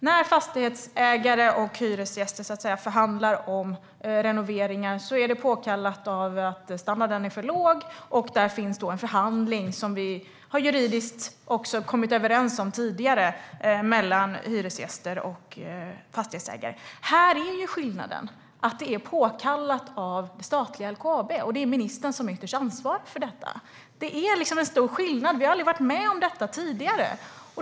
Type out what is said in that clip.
När fastighetsägare och hyresgäster förhandlar om renoveringar brukar det vara påkallat av att standarden är för låg, och då finns det en förhandling mellan hyresgäster och fastighetsägare, som vi har kommit överens om juridiskt tidigare. Skillnaden här är att det är påkallat av statliga LKAB, och det är ministern som är ytterst ansvarig för detta. Det är en stor skillnad. Vi har aldrig varit med om detta tidigare.